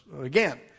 Again